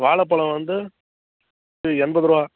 வாழப்பலம் வந்து எண்பது ரூபா